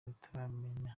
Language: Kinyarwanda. bataramenya